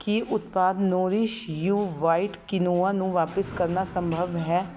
ਕੀ ਉਤਪਾਦ Nourish You white quinoa ਨੂੰ ਵਾਪਸ ਕਰਨਾ ਸੰਭਵ ਹੈ